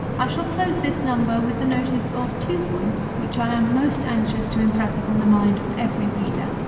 i shall close this number with the notice of two points which i am most anxious to impress upon the mind of every reader.